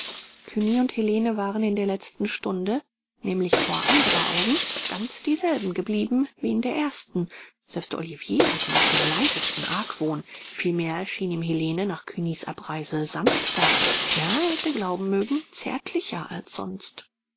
cugny und helene waren in der letzten stunde nämlich vor anderer augen ganz dieselben geblieben wie in der ersten selbst olivier hatte nicht den leisesten argwohn vielmehr schien ihm helene nach cugnys abreise sanfter ja er hätte glauben mögen zärtlicher als sonst